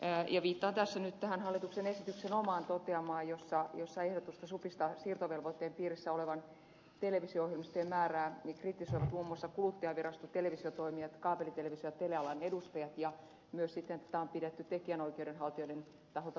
viittaan tässä nyt tähän hallituksen esityksen omaan toteamaan jossa ehdotusta supistaa siirtovelvoitteen piirissä olevien televisio ohjelmistojen määrää kritisoivat muun muassa kuluttajavirasto televisiotoimijat kaapelitelevisio ja telealan edustajat ja tätä on myös sitten pidetty tekijänoikeudenhaltijoiden taholta liian laajana